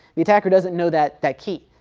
the attacker doesn't know that that key,